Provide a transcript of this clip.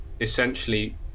essentially